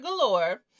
Galore